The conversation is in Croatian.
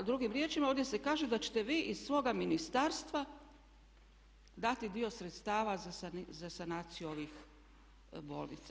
Drugim riječima ovdje se kaže da ćete vi iz svoga ministarstva dati dio sredstava za sanaciju ovih bolnica.